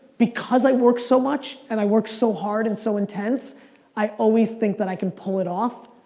because i work so much, and i work so hard, and so intense i always think that i can pull it off,